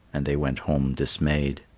and they went home dismayed.